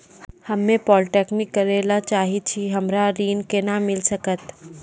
हम्मे पॉलीटेक्निक करे ला चाहे छी हमरा ऋण कोना के मिल सकत?